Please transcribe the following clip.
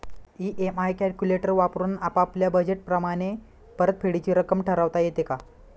EMI calculator वापरून आपापल्या budget प्रमाणे परतफेडीची रक्कम ठरवता येते का?